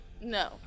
No